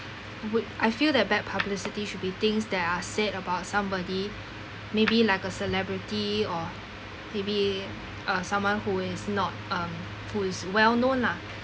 would I feel that bad publicity should be things that are said about somebody maybe like a celebrity or maybe uh someone who is not um who is well known lah